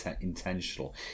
intentional